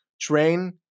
train